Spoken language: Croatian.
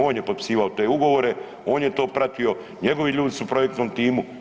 On je potpisivao te ugovore, on je to pratio, njegovi ljudi su u projektnom timu.